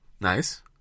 Nice